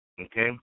Okay